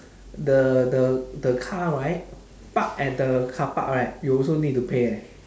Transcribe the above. the the the car right park at the carpark right you also need to pay eh